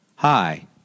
Hi